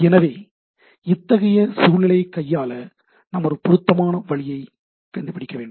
எனவே இத்தகைய சூழ்நிலையை கையாள நாம் ஒரு பொருத்தமான வழியை கண்டுபிடிக்க வேண்டும்